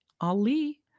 Ali